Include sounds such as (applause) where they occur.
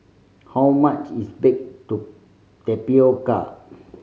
how much is baked (unintelligible) tapioca